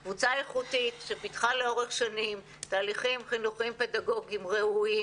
זו קבוצה איכותית שפיתחה לאורך שנים תהליכים חינוכיים פדגוגיים ראויים.